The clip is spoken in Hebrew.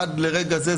עד לרגע זה,